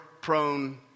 prone